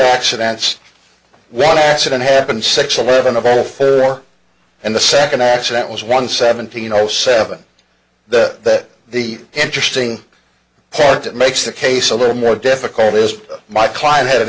accidents one accident happened six eleven of all for and the second accident was one seventeen o seven that the interesting part that makes the case a little more difficult is my client had an